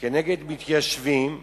נגד מתיישבים,